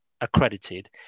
accredited